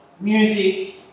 music